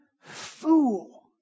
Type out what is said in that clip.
fool